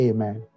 Amen